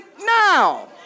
now